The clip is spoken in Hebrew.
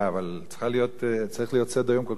צריך להיות סדר-יום כל כך דליל.